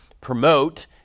promote